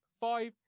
five